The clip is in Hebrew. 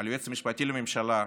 על היועץ המשפטי לממשלה,